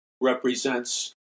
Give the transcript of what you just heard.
represents